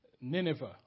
Nineveh